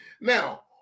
Now